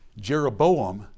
Jeroboam